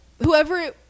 whoever